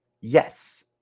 Yes